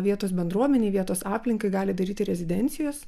vietos bendruomenei vietos aplinkai gali daryti rezidencijos